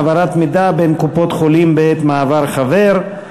העברת מידע בין קופות-החולים בעת מעבר חבר),